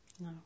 No